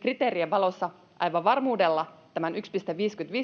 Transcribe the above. kriteerien valossa aivan varmuudella tämän 1,55